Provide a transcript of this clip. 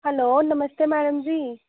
hello नमस्ते madam जी